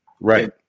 Right